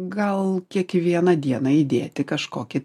gal kiekvieną dieną įdėti kažkokį